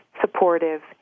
supportive